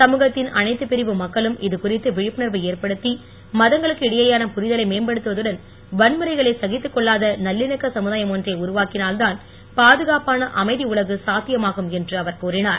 சமுகத்தின் அனைத்து பிரிவு மக்களுக்கும் இதுகுறித்து விழிப்புணர்வு ஏற்படுத்தி மதங்களுக்கு இடையேயான புரிதலை மேம்படுத்துவதுடன் வன்முறைகளை சகித்து கொள்ளாத நல்லிணக்க சமுதாயம் ஒன்றை உருவாக்கினால் தான் பாதுகாப்பான அமைதி உலகு சாத்தியமாகும் என்று அவர் கூறினார்